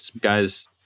guys